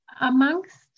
amongst